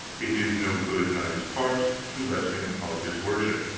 it is no good knight's part to let him of his worship,